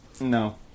No